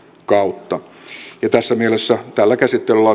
kautta tässä mielessä tällä käsittelyllä